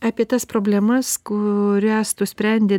apie tas problemas kurias tu sprendi